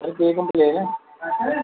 sir केह् चाहिदा ऐ